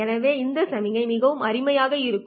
எனவே இந்த சமிக்ஞை மிகவும் அருமையாக இருக்கும்